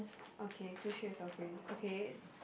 okay two shades of green okay